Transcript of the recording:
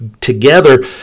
together